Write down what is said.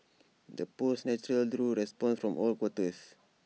the post naturally drew responses from all quarters